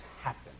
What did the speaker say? happen